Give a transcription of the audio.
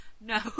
No